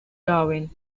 darwin